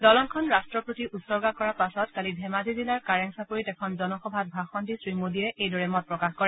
দলঙখন ৰাট্টৰ প্ৰতি উছৰ্গা কৰাৰ পাছত কালি ধেমাজি জিলাৰ কাৰেং চাপৰিত এখন জনসভাত ভাষণ দি শ্ৰীমোদীয়ে এইদৰে মত প্ৰকাশ কৰে